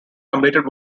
completed